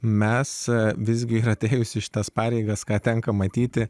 mes visgi ir atėjus į tas pareigas ką tenka matyti